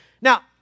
Now